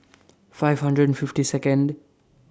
five hundred and fifty Second